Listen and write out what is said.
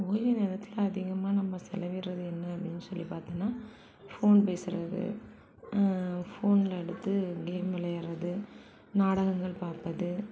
ஓய்வு நேரத்தில் அதிகமாக நம்ம செலவிடுறது என்ன அப்படின்னு சொல்லி பார்த்தீன்னா ஃபோன் பேசுறது ஃபோனில் எடுத்து கேம் விளையாடுறது நாடகங்கள் பார்ப்பது